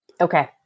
Okay